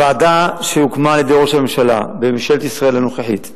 הוועדה שהוקמה על-ידי ראש הממשלה בממשלת ישראל הנוכחית,